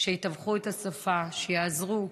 שיתווכו את השפה, שיעזרו.